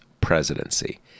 presidency